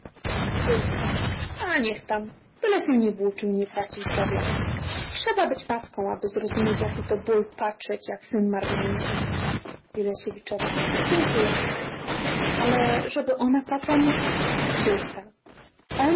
gust a niech tam byle się nie włóczył i nie tracił zdrowia trzeba być matką aby zrozumieć jaki to ból patrzeć jak syn marnieje dziękuję ale żeby ona potem ona